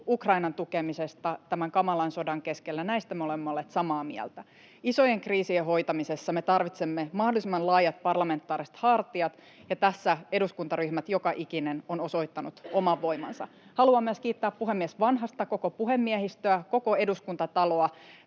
Ukrainan tukemisesta tämän kamalan sodan keskellä — me olemme olleet samaa mieltä. Isojen kriisien hoitamisessa me tarvitsemme mahdollisimman laajat parlamentaariset hartiat, ja tässä eduskuntaryhmät, joka ikinen, ovat osoittaneet oman voimansa. Haluan myös kiittää puhemies Vanhasta, koko puhemiehistöä ja koko Eduskuntataloa